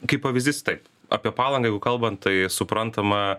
kaip pavyzdys taip apie palangą jau kalbant tai suprantama